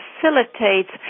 facilitates